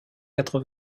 quatre